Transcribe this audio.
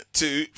two